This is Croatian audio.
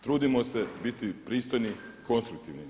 Trudimo se biti pristojni, konstruktivni.